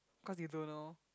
cause you don't know